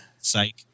Psych